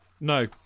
No